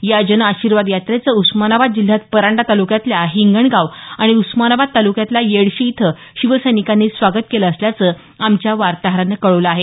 या जनआशीर्वाद यात्रेचं उस्मानाबाद जिल्ह्यात परांडा तालुक्यातल्या हिंगणगाव आणि उस्मानाबाद तालुक्यातल्या येडशी इथं शिवसैनिकांनी स्वागत केलं असल्याचं आमच्य वार्ताहरानं कळवलं आहे